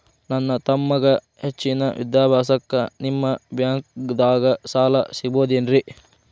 ನನ್ನ ತಮ್ಮಗ ಹೆಚ್ಚಿನ ವಿದ್ಯಾಭ್ಯಾಸಕ್ಕ ನಿಮ್ಮ ಬ್ಯಾಂಕ್ ದಾಗ ಸಾಲ ಸಿಗಬಹುದೇನ್ರಿ?